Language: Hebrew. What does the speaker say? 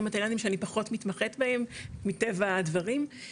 התאילנדים שאני פחות מתמחת בהם מטבע הדברים,